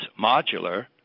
modular